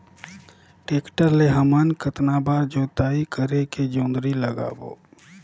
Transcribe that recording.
Tractor ले हमन कतना बार जोताई करेके जोंदरी लगाबो?